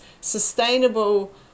sustainable